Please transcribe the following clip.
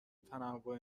تنوع